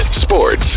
sports